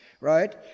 right